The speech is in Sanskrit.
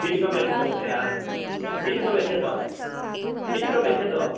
चीटिकां यच्छतु महोदय चीटिकां यच्छतु चीटिकां यच्छतु